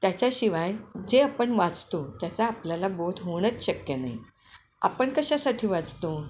त्याच्याशिवाय जे आपण वाचतो त्याचा आपल्याला बोध होणंच शक्य नाही आपण कशासाठी वाचतो